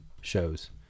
shows